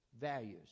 values